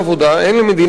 אין למדינת ישראל,